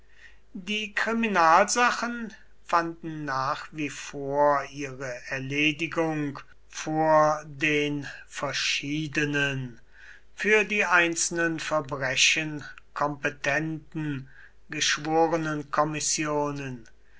die kriminalsachen fanden nach wie vor ihre erledigung vor den verschiedener für die einzelnen verbrechen kompetenten